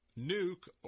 nuke